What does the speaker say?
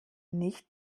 nicht